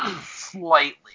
slightly